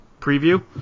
preview